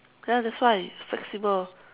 ya that's why it's flexible